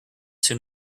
soon